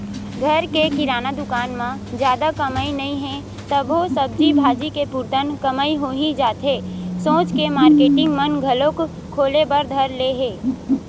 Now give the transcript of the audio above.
घर के किराना दुकान म जादा कमई नइ हे तभो सब्जी भाजी के पुरतन कमई होही जाथे सोच के मारकेटिंग मन घलोक खोले बर धर ले हे